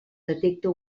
detecta